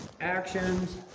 actions